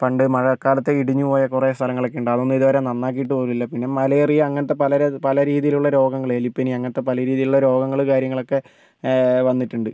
പണ്ട് മഴക്കാലത്ത് ഇടിഞ്ഞു പോയ കുറേ സ്ഥലങ്ങൾ ഒക്കെ ഉണ്ട് അതൊന്നും ഇതുവരെ നന്നാക്കിട്ട് പോലും ഇല്ല പിന്നെ മലേറിയ അങ്ങനത്തെ പല ര പല രീതിയിലുള്ള രോഗങ്ങള് എലി പനി അങ്ങനത്തെ പല രീതിയിൽ ഉള്ള രോഗങ്ങൾ കാര്യങ്ങളൊക്കെ വന്നിട്ടുണ്ട്